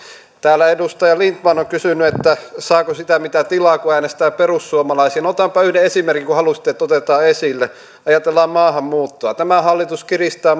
täällä edustaja lindtman on kysynyt että saako sitä mitä tilaa kun äänestää perussuomalaisia otanpa yhden esimerkin kun halusitte että otetaan esille ajatellaan maahanmuuttoa tämä hallitus kiristää